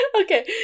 okay